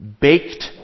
baked